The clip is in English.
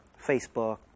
Facebook